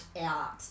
out